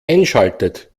einschaltet